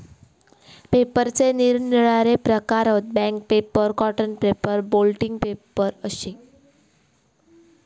पेपराचे निरनिराळे प्रकार हत, bank paper, cotton paper, blotting paper अशे